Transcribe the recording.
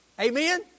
Amen